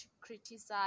criticize